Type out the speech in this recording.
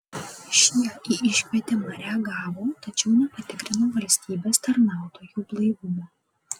šie į iškvietimą reagavo tačiau nepatikrino valstybės tarnautojų blaivumo